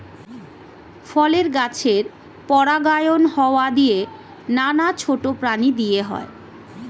ফলের গাছের পরাগায়ন হাওয়া দিয়ে, নানা ছোট প্রাণী দিয়ে হয়